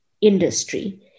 industry